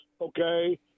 okay